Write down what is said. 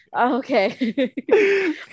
Okay